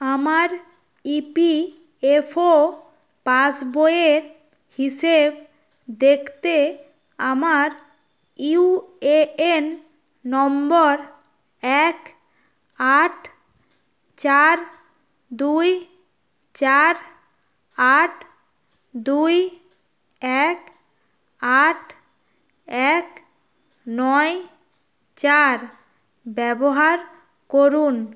আমার E P F ও পাসবইয়ের হিসেব দেখতে আমার ইউ এ এন নম্বর এক আট চার দুই চার আট দুই এক আট এক নয় চার ব্যবহার করুন